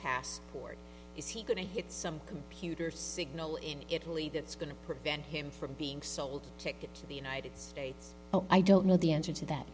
passport is he going to hit some computer signal in italy that's going to prevent him from being sold tickets to the united states i don't know the answer to that